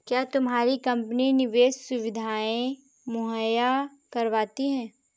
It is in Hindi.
क्या तुम्हारी कंपनी निवेश सुविधायें मुहैया करवाती है?